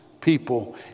people